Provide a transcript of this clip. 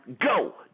go